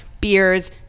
beers